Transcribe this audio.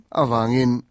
awangin